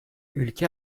ülke